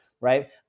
Right